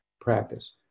practice